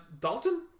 Dalton